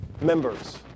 members